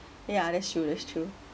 yeah that's true that's true